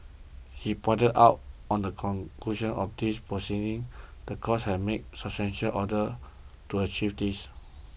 he pointed out on the conclusion of these proceedings the court had made substantial orders to achieve this